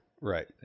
right